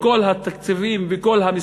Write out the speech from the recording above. בכל התקציבים,